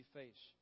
face